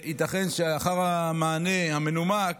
אז ייתכן שלאחר המענה המנומק